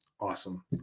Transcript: awesome